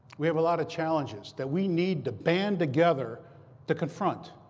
we have a lot of challenges that we need to band together to confront.